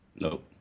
Nope